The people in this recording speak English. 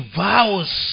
vows